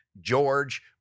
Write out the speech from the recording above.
George